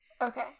Okay